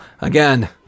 again